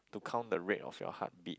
to count the rate of your heartbeat